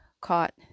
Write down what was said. caught